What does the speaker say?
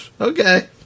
Okay